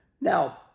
Now